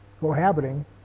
cohabiting